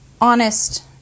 honest